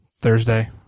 Thursday